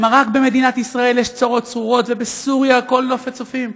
שמא רק במדינת ישראל יש צרות צרורות ובסוריה הכול נופת צופים,